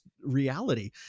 reality